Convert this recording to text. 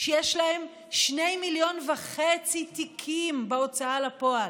שיש להם 2.5 מיליון תיקים בהוצאה לפועל.